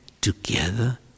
together